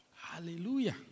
Hallelujah